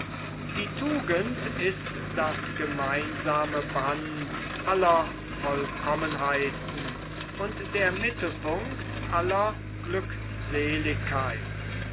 die tugend ist das gemeinsame band aller vollkommenheiten und der mittelpunkt aller glückseligkeit